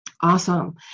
Awesome